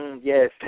Yes